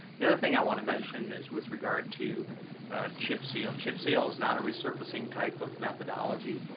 the other thing i want to mention is with regard to chip seal. chip seal's not a resurfacing type of methodology.